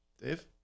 Dave